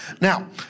Now